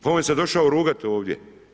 Pa on se došao rugat ovdje.